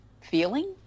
feeling